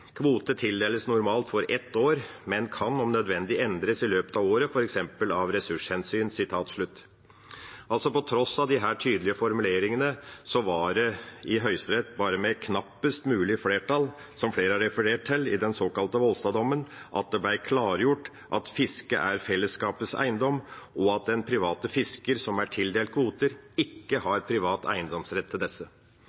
Kvote tildeles normalt for ett år, men kan om nødvendig endres i løpet av året, f.eks. av ressurshensyn.» Altså: På tross av disse tydelige formuleringene ble det i Høyesterett bare med knappest mulig flertall, som flere har referert til, i den såkalte Volstad-dommen, klargjort at fisket er fellesskapets eiendom, og at den private fisker som er tildelt kvoter, ikke